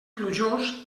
plujós